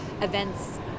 events